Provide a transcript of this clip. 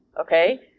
okay